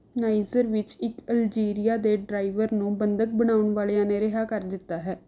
niger ਵਿੱਚ ਇੱਕ Algeria ਦੇ ਡਰਾਈਵਰ ਨੂੰ ਬੰਧਕ ਬਣਾਉਣ ਵਾਲਿਆਂ ਨੇ ਰਿਹਾਅ ਕਰ ਦਿੱਤਾ ਹੈ